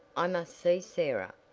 i must see sarah.